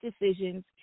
decisions